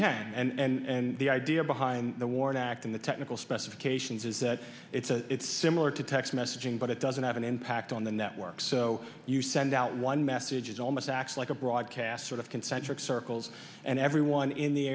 can and the idea behind the warn act in the technical specifications is that it's a it's similar to text messaging but it doesn't have an impact on the network so you send out one messages almost acts like a broadcast sort of concentric circles and everyone in the